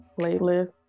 Playlist